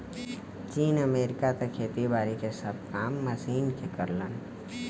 चीन, अमेरिका त खेती बारी के सब काम मशीन के करलन